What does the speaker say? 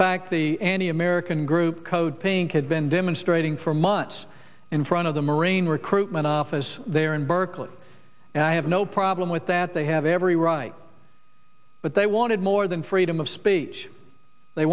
fact the anti american group code pink had been demonstrating for months in front of the marine recruitment office there in berkeley and i have no problem with that they have every right but they wanted more than freedom of speech they